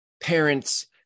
parents